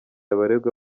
abaregwa